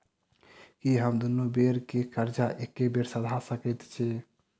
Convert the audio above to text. की हम दुनू बेर केँ कर्जा एके बेर सधा सकैत छी?